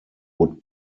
would